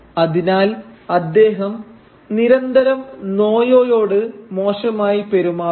അതിനാൽ അദ്ദേഹം നിരന്തരം നോയെയോട് മോശമായി പെരുമാറുന്നു